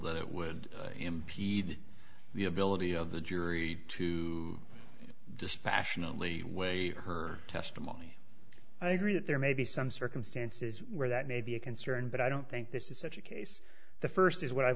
that it would impede the ability of the jury to dispassionately weigh her testimony i agree that there may be some circumstances where that may be a concern but i don't think this is such a case the first is what i've